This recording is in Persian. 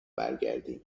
برگردیم